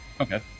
Okay